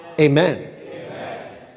amen